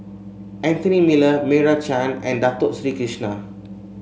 Anthony Miller Meira Chand and Dato Sri Krishna